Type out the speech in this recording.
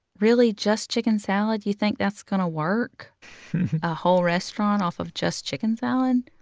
really? just chicken salad? you think that's going to work? a whole restaurant off of just chicken salad?